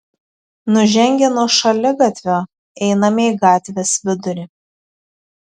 nužengę nuo šaligatvio einame į gatvės vidurį